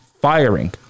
firing